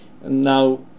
Now